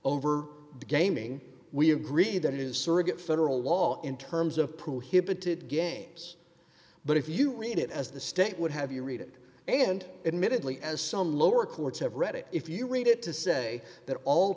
over gaming we agree that it is surrogate federal law in terms of prohibited games but if you read it as the state would have you read it and admittedly as some lower courts have read it if you read it to say that all